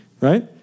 right